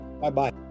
Bye-bye